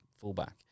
fullback